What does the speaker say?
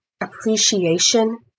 appreciation